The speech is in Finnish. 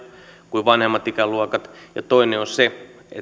kuin vanhemmat ikäluokat ja toinen on se että